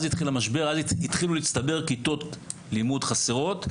אז התחילו להצטבר כיתות לימוד חסרות.